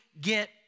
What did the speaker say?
get